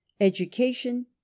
education